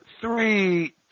three